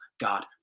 God